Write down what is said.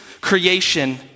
creation